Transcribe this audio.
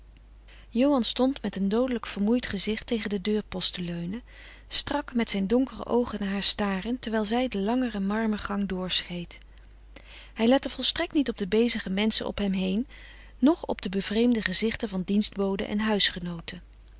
stond met een doodelijk vermoeid gezicht tegen den deurpost te leunen strak met zijn donkere oogen naar haar starend terwijl zij den langen marmergang doorschreed hij lette volstrekt niet op de bezige menschen op hem heen noch op de bevreemde gezichten van dienstboden en huisgenooten